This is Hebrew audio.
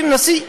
נשיא נוצרי,